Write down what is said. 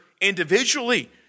individually